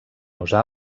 usar